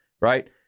right